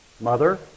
mother